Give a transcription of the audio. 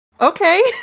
Okay